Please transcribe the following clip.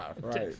Right